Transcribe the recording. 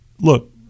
Look